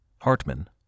Hartman